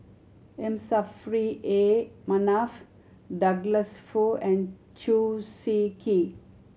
M Saffri A Manaf Douglas Foo and Chew Swee Kee